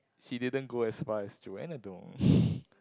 she didn't go as far as Joanna-Dong